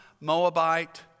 Moabite